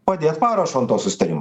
padėt parašo ant to susitarimo